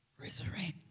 resurrect